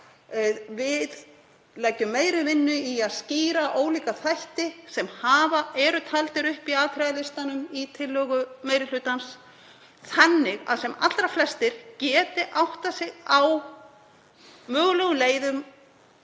Við leggjum meiri vinnu í að skýra ólíka þætti sem taldir eru upp í atriðalistanum í tillögu meiri hlutans þannig að sem allra flestir geti áttað sig á mögulegum leiðum